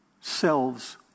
selves